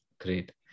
great